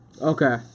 Okay